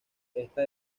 esta